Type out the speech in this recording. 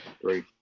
Three